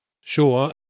Sure